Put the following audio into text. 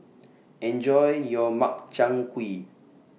Enjoy your Makchang Gui